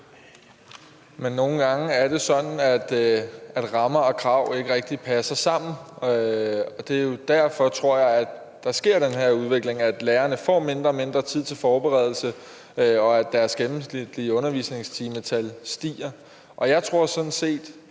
Men nogle gange er det sådan, at rammer og krav ikke rigtig passer sammen, og derfor tror jeg jo også, at der sker den her udvikling med, at lærerne får mindre og mindre tid til forberedelse, og at deres gennemsnitlige undervisningstimetal stiger. Vi har jo en aktie